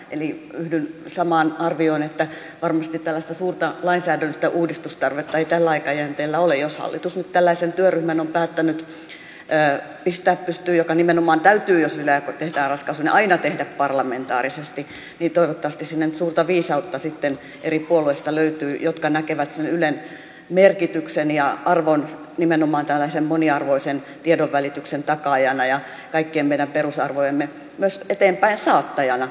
eli yhdyn samaan arvioon että varmasti tällaista suurta lainsäädännöllistä uudistustarvetta ei tällä aikajänteellä ole mutta jos hallitus nyt on päättänyt pistää pystyyn tällaisen työryhmän ja nimenomaan jos ylen kohdalla aikoo tehdä ratkaisuja se täytyy aina tehdä parlamentaarisesti niin toivottavasti siinä nyt löytyy suurta viisautta sitten eri puolueista joka näkee sen ylen merkityksen ja arvon nimenomaan tällaisen moniarvoisen tiedonvälityksen takaajana ja myös kaikkien meidän perusarvojemme eteenpäinsaattajana